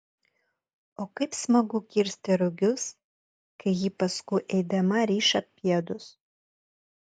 o kaip smagu kirsti rugius kai ji paskui eidama riša pėdus